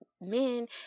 men